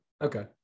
Okay